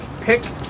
Pick